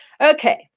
Okay